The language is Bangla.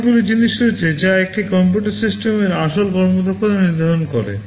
আরও অনেকগুলি জিনিস রয়েছে যা একটি কম্পিউটার সিস্টেমের আসল কর্মক্ষমতা নির্ধারণ করে